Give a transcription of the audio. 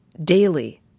daily